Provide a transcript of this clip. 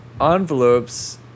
envelopes